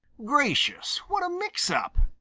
gracious, what a mix-up!